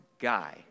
guy